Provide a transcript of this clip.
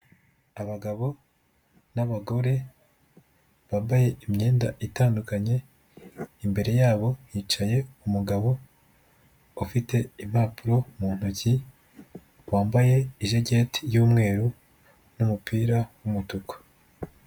Abagabo n'abagore bambaye imyenda itandukanye, imbere yabo hicaye umugabo ufite impapuro mu ntoki, wambaye ijaketi y'umweru n' n'umupira w'umutuku.